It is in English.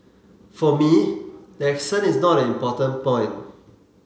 for me the accent is not an important point